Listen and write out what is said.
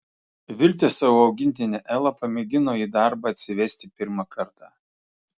viltė savo augintinę elą pamėgino į darbą atsivesti pirmą kartą